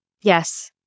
Yes